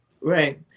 right